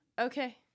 okay